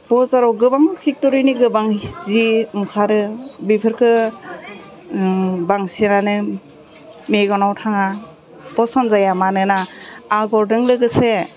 बजाराव गोबां फेक्ट'रिनि गोबां जि ओंखारो बेफोरखौ बांसिनानो मेगनाव थाङा फसन जाया मानोना आग'रजों लोगोसे